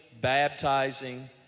baptizing